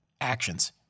Actions